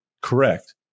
correct